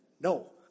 No